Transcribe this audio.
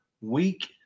week